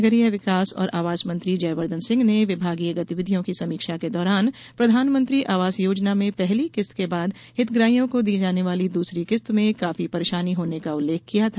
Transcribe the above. नगरीय विकास और आवास मंत्री जयवर्द्धन सिंह ने विभागीय गतिविधियों की समीक्षा के दौरान प्रधानमंत्री आवास योजना में पहली किस्त के बाद हितग्राहियों को दी जाने वाली दूसरी किस्त में काफी परेशानी होने का उल्लेख किया था